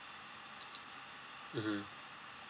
mmhmm